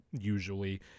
usually